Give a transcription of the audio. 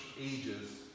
ages